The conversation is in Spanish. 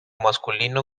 masculino